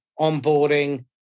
onboarding